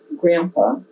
grandpa